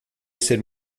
ser